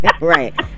right